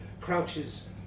crouches